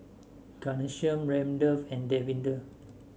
Ghanshyam Ramdev and Davinder